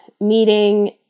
meeting